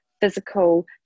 physical